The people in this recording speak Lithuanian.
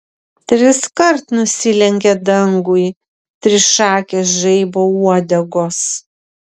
triskart nusilenkė dangui trišakės žaibo uodegos